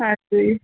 ਹਾਂਜੀ